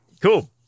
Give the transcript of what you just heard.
cool